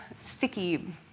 sticky